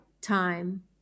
time